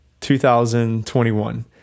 2021